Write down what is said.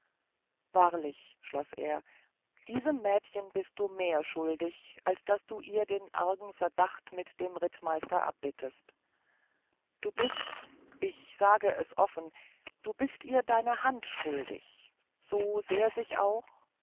wahrlich schloß er diesem mädchen bist du mehr schuldig als daß du ihr den argen verdacht mit dem rittmeister abbittest du bist ich sage es offen du bist ihr deine hand schuldig so sehr sich auch